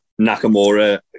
Nakamura